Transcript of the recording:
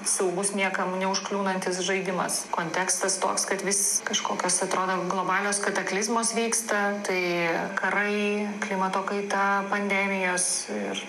saugus niekam neužkliūnantis žaidimas kontekstas toks kad vis kažkokios atrodo globalios kataklizmos vyksta tai karai klimato kaita pandemijos ir